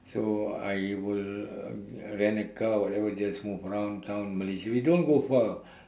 so I will uh rent a car whatever just move around town Malaysia we don't go far